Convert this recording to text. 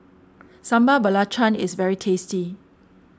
Sambal Belacan is very tasty